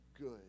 good